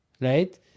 right